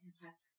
Impact